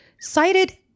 cited